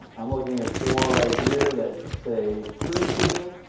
i'm looking at four right here that say preteen,